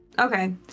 Okay